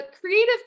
creative